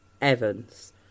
Evans